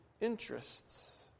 interests